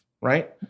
right